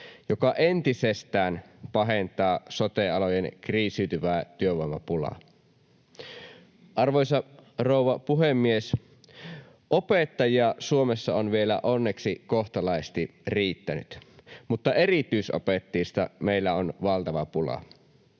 joka entisestään pahentaa sote-alojen kriisiytyvää työvoimapulaa. Arvoisa rouva puhemies! Opettajia Suomessa on onneksi vielä kohtalaisesti riittänyt, mutta erityisopettajista meillä on valtava pula.